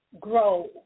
grow